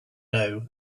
know